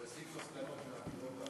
הוא הסיק מסקנות מהבחירות האחרונות.